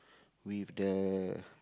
with the